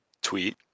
tweet